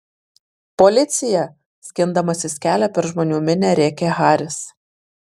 policija skindamasis kelią per žmonių minią rėkė haris